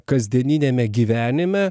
kasdieniniame gyvenime